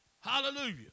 Hallelujah